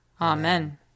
Amen